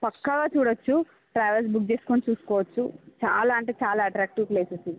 పక్కా చూడవచ్చు travels book చేసుకుని చూసుకోవచ్చు చాలా అంటే చాలా అట్రాక్టీవ్ ప్లేసెస్ ఇవి